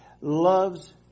loves